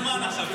יש זמן עכשיו.